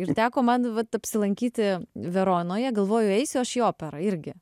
ir teko man vat apsilankyti veronoje galvoju eisiu aš į operą irgi